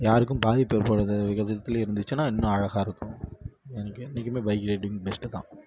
யாருக்கும் பாதிப்பு ஏற்படாத விக விதத்திலே இருந்துச்சுன்னா இன்னும் அழகாக இருக்கும் எனக்கு என்னைக்குமே பைக் ரைட்டிங் பெஸ்ட்டு தான்